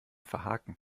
verhaken